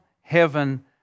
heaven